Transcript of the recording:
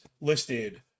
listed